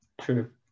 True